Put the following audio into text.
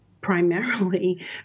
primarily